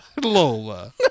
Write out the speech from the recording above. lola